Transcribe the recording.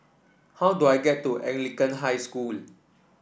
how do I get to Anglican High School